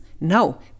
no